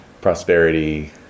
prosperity